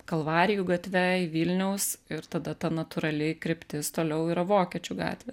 kalvarijų gatve į vilniaus ir tada ta natūrali kryptis toliau yra vokiečių gatvė